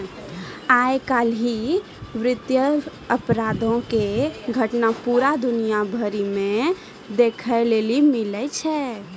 आइ काल्हि वित्तीय अपराधो के घटना पूरा दुनिया भरि मे देखै लेली मिलै छै